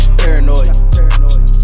paranoid